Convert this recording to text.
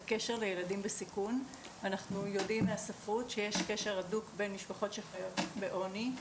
אנחנו יודעים מהספרות כי יש קשר הדוק בין משפחות שחיות בעוני,